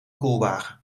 koelwagen